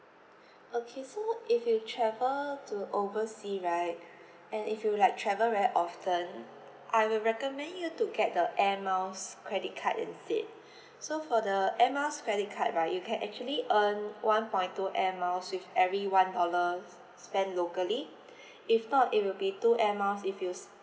okay so if you travel to oversea right and if you like travel very often I will recommend you to get the air miles credit card instead so for the air miles credit card right you can actually earn one point two air miles with every one dollar s~ spend locally if not it will be two air miles if you